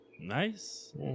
Nice